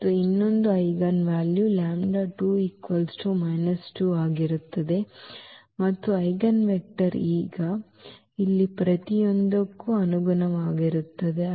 ಮತ್ತು ಇನ್ನೊಂದು eigen value λ2 2 ಆಗಿರುತ್ತದೆ ಮತ್ತು ಐಜೆನ್ವೆಕ್ಟರ್ ಈಗ ಇಲ್ಲಿ ಪ್ರತಿಯೊಂದಕ್ಕೂ ಅನುಗುಣವಾಗಿರುತ್ತದೆ